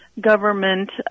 government